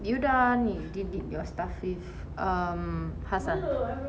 you dah ni delete your stuff with um hassan